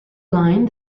line